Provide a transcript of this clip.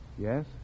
Yes